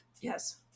Yes